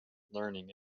learning